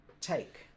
take